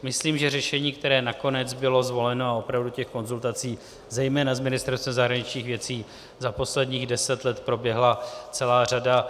Myslím, že řešení, které nakonec bylo zvoleno a opravdu těch konzultací zejména z Ministerstva zahraničních věcí za posledních deset let proběhla celá řada.